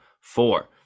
Four